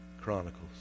Chronicles